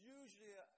usually